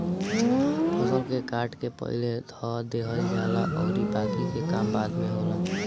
फसल के काट के पहिले धअ देहल जाला अउरी बाकि के काम बाद में होला